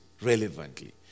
relevantly